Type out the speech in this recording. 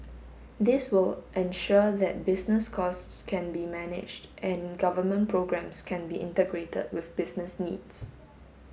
this will ensure that business costs can be managed and government programmes can be integrated with business needs